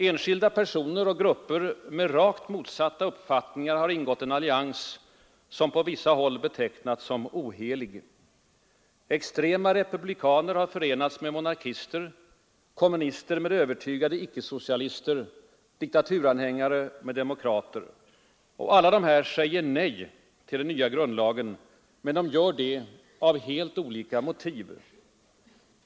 Enskilda personer och grupper med rakt motsatta uppfattningar har ingått en allians, som på vissa håll betecknats som ”ohelig”. Extrema republikaner har förenats med monarkister, kommunister med övertygade icke-socialister, diktaturan hängare med demokrater. Alla dessa säger nej till den nya grundlagen. Men de gör det med helt olika motiv.